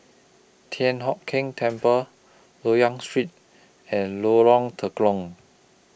Thian Hock Keng Temple Loyang Street and Lorong